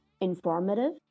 informative